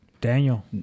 Daniel